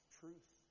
truth